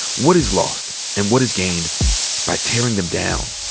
what is lost and what is gained by tearing them down?